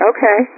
Okay